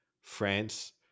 France